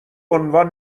عنوان